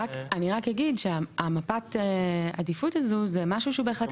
אני רק אגיד שמפת עדיפות הזו זה משהו שבהחלטת